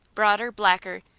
broader, blacker,